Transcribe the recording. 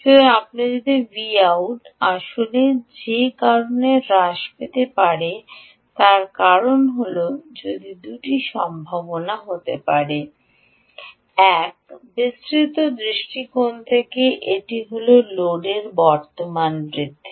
সুতরাং আমি Vout আসলে যে কারণ হ্রাস পেতে পারে তার কারণ হল দুটি সম্ভাবনা ডানহতে পারে এক বিস্তৃত দৃষ্টিকোণ থেকে এক হল লোডের বর্তমান বৃদ্ধি